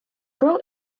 grow